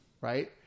right